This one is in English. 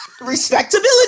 respectability